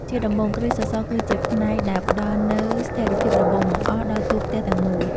ជាដំបូង គ្រឹះសសរគឺជាផ្នែកដែលផ្ដល់នូវស្ថិរភាពដំបូងបង្អស់ដល់តួផ្ទះទាំងមូល។